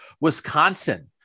Wisconsin